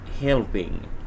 helping